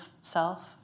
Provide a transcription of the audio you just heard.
self